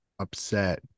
upset